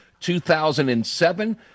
2007